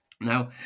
now